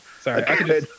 Sorry